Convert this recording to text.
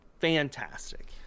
fantastic